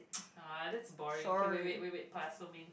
this is boring okay wait wait wait wait parcel mean